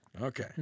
Okay